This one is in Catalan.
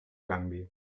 canvi